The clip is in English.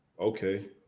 Okay